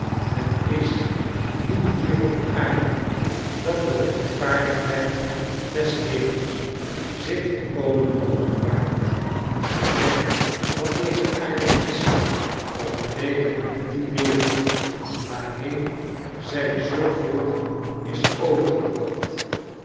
het is niet hier op aarde dat de rechtvaardigheid des hemels zich volkomenopenbaart bedenk wat deze aarde is vergeleken met die wereld waarheen zij zoo vroeg is overgebracht